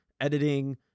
editing